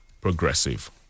progressive